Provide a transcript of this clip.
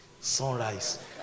Sunrise